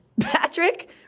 Patrick